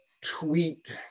tweet